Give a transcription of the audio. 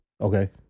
Okay